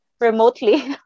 remotely